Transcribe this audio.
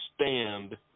stand